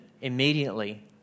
immediately